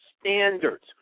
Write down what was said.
standards